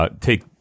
Take